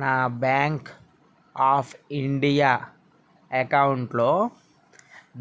నా bank of India అకౌంటులో